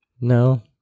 No